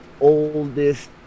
oldest